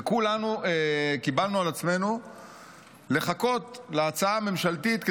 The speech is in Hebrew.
וכולנו קיבלנו על עצמנו לחכות להצעה הממשלתית,